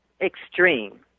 extreme